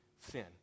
sin